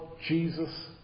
Jesus